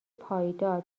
پایدار